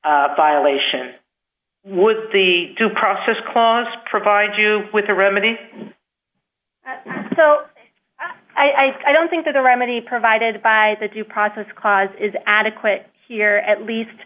mint violation would the due process clause provide you with a remedy so i don't think that the remedy provided by the due process clause is adequate here at least